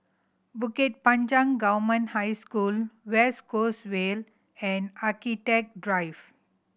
Bukit Panjang Government High School West Coast Vale and Architecture Drive